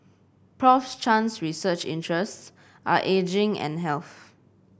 Prof Chan's research interests are ageing and health